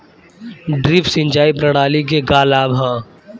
Drip सिंचाई प्रणाली के का लाभ ह?